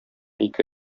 ике